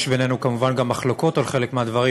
יש בינינו כמובן גם מחלוקות על חלק מהדברים,